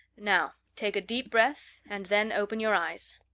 now, take a deep breath and then open your eyes.